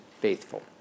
faithful